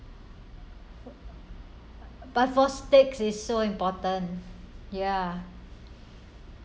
but for steak is so important ya